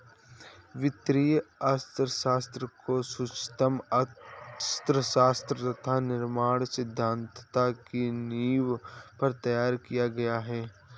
वित्तीय अर्थशास्त्र को सूक्ष्म अर्थशास्त्र तथा निर्णय सिद्धांत की नींव पर तैयार किया गया है